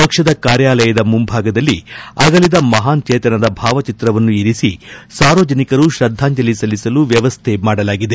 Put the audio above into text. ಪಕ್ಷದ ಕಾರ್ಖಾಲಯದ ಮುಂಭಾಗದಲ್ಲಿ ಅಗಲಿದ ಮಹಾನ್ ಚೇತನದ ಭಾವಚಿತ್ರವನ್ನು ಇರಿಸಿ ಸಾರ್ವಜನಿಕರು ಶ್ರದ್ಧಾಂಜಲಿ ಸಲ್ಲಿಸಲು ವ್ಯವಸ್ಥೆ ಮಾಡಲಾಗಿದೆ